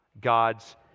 God's